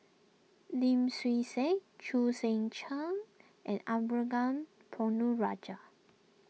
Lim Swee Say Chu Seng Chee and Arumugam Ponnu Rajah